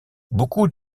beaucoup